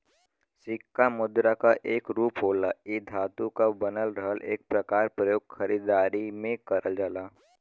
सिक्का मुद्रा क एक रूप होला इ धातु क बनल रहला एकर प्रयोग खरीदारी में करल जाला